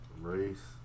Race